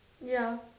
ya